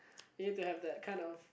if to have that kind of